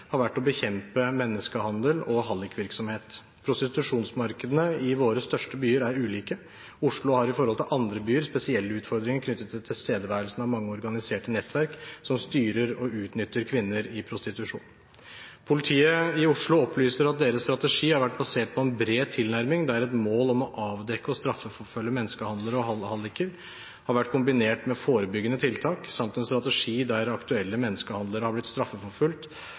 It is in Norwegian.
har vært å bekjempe menneskehandel og hallikvirksomhet. Prostitusjonsmarkedene i våre største byer er ulike. Oslo har i forhold til andre byer spesielle utfordringer knyttet til tilstedeværelsen av mange organiserte nettverk som styrer og utnytter kvinner i prostitusjon. Politiet i Oslo opplyser at deres strategi har vært å se på en bred tilnærming der et mål om å avdekke og straffeforfølge menneskehandlere og halliker har vært kombinert med forebyggende tiltak samt en strategi der aktuelle menneskehandlere er blitt